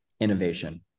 innovation